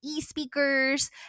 eSpeakers